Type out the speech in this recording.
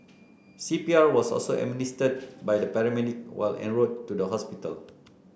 C P R was also administered by the paramedic while en route to the hospital